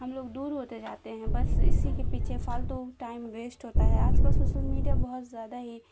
ہم لوگ دور ہوتے جاتے ہیں بس اسی کے پیچھے فالتو ٹائم ویسٹ ہوتا ہے آج کل سوشل میڈیا بہت زیادہ ہی